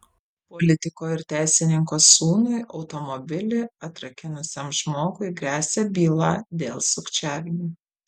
politiko ir teisininko sūnui automobilį atrakinusiam žmogui gresia byla dėl sukčiavimo